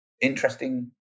interesting